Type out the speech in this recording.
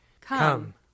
Come